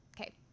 Okay